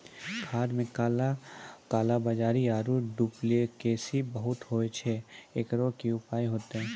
खाद मे काला कालाबाजारी आरु डुप्लीकेसी बहुत होय छैय, एकरो की उपाय होते?